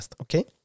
Okay